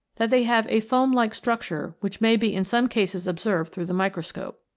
that they have a foam-like structure which may be in some cases observed through the microscope.